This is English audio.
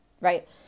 right